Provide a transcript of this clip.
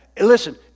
Listen